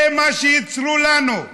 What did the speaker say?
זה מה שייצרו לנו.